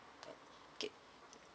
okay